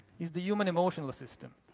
is the human emotional system.